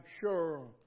sure